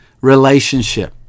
relationship